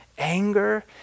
anger